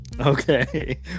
Okay